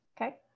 okay